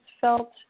felt